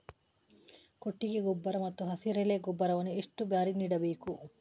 ಕೊಟ್ಟಿಗೆ ಗೊಬ್ಬರ ಮತ್ತು ಹಸಿರೆಲೆ ಗೊಬ್ಬರವನ್ನು ಎಷ್ಟು ಬಾರಿ ನೀಡಬೇಕು?